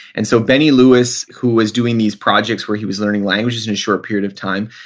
and so benny lewis, who was doing these projects where he was learning languages in a short period of time,